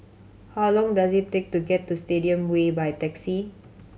how long does it take to get to Stadium Way by taxi